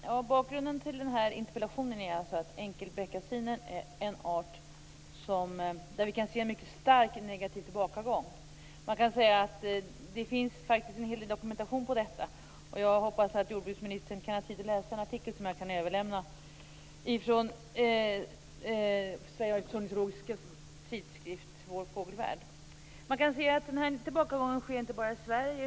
Fru talman! Bakgrunden till den här interpellationen är att vi kan se en mycket negativ tillbakagång när det gäller arten enkelbeckasin. Det finns faktiskt en hel del dokumentation om detta. Jag hoppas att jordbruksministern har tid att läsa en artikel, som jag kan överlämna, i Sveriges ornitologiska förenings tidskrift Vår Fågelvärld. Man kan se att den här tillbakagången inte bara sker i Sverige.